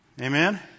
Amen